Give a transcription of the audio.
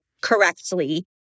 correctly